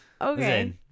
Okay